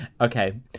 Okay